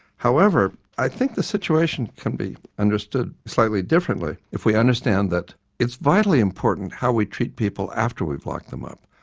however, i think that the situation can be understood slightly differently if we understand that it's vitally important how we treat people after we've locked them up.